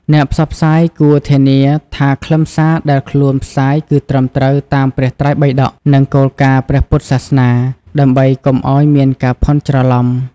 អ្នកផ្សព្វផ្សាយគួរធានាថាខ្លឹមសារដែលខ្លួនផ្សាយគឺត្រឹមត្រូវតាមព្រះត្រៃបិដក និងគោលការណ៍ព្រះពុទ្ធសាសនា ដើម្បីកុំឲ្យមានការភាន់ច្រឡំ។